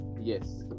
Yes